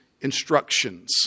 instructions